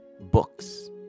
books